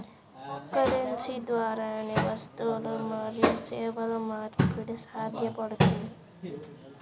currency ద్వారానే వస్తువులు మరియు సేవల మార్పిడి సాధ్యపడుతుంది